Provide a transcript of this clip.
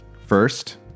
First